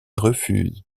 refusent